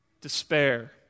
Despair